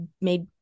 made